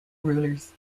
rulers